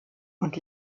und